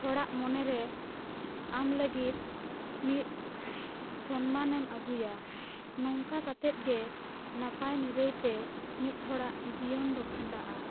ᱦᱚᱲᱟᱜ ᱢᱚᱱᱮ ᱨᱮ ᱟᱢ ᱞᱟᱹᱜᱤᱫ ᱢᱤᱫ ᱥᱚᱱᱢᱟᱱ ᱮᱢ ᱟᱹᱜᱩᱭᱟ ᱱᱚᱝᱠᱟ ᱠᱟᱛᱮᱫ ᱜᱮ ᱱᱟᱯᱟᱭ ᱱᱤᱨᱟᱹᱭ ᱛᱮ ᱢᱤᱫ ᱦᱚᱲᱟᱜ ᱡᱤᱭᱚᱱ ᱫᱚ ᱠᱷᱟᱸᱰᱟᱜᱼᱟ